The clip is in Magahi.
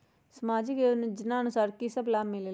समाजिक योजनानुसार कि कि सब लाब मिलीला?